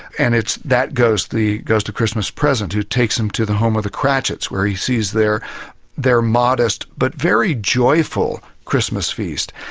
and it's that ghost, the ghost of christmas present who takes him to the home of the cratchetts where he sees their their modest, but very joyful, christmas feast.